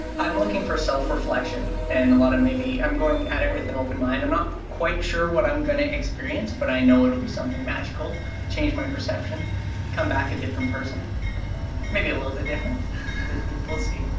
i'm i'm looking for self-reflection and a lot of maybe i'm going at it with an open mind i'm not quite sure what i'm gonna experience, but i know it'll be something magical change my perception come back a different person maybe a little bit different we'll see.